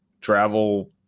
travel